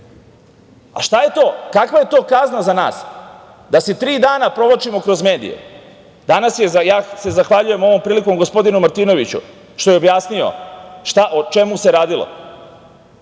A šta je to, kakva je to kazna za nas, da se tri dana provlačimo kroz medije. Zahvaljujem se ovom prilikom, gospodinu Martinoviću što je objasnio o čemu se radilo.